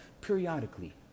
periodically